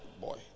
boy